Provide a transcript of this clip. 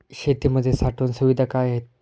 शेतीमध्ये साठवण सुविधा काय आहेत?